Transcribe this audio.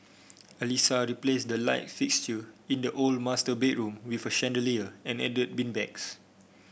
Alissa replaced the light fixture in the old master bedroom with a chandelier and added beanbags